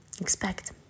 expect